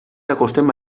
acostem